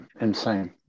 insane